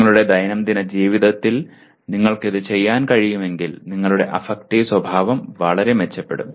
നിങ്ങളുടെ ദൈനംദിന ജീവിതത്തിൽ നിങ്ങൾക്ക് ഇത് ചെയ്യാൻ കഴിയുമെങ്കിൽ നിങ്ങളുടെ അഫക്റ്റീവ് സ്വഭാവം വളരെ മെച്ചപ്പെടും